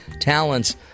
talents